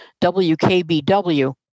WKBW